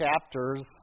chapters